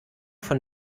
von